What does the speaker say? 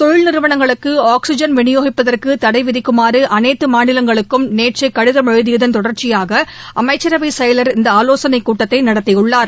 தொழில் நிறுவனங்களுக்குஆக்சிஜன் விநியோகத்திற்குதடைவிதிக்குமாறுஅனைத்தமாநிலங்களுக்கும் நேற்றுகடிதம் எழுதியதன் தொடர்ச்சியாகஅமைச்சரவைசெயலர் இந்தஆலோசனைகூட்டத்தைநடத்தியுள்ளார்